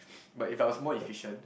but if I was more efficient